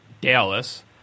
Dallas